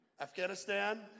Afghanistan